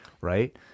right